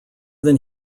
than